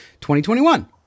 2021